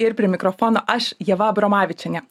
ir prie mikrofono aš ieva abromavičienė